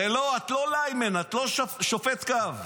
זה לא lineman, את לא שופט קו.